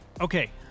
okay